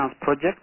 project